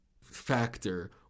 factor